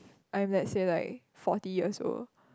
I'm let say like forty years old